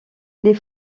les